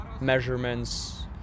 measurements